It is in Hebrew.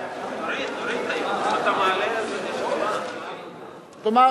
התש"ע 2010. אדוני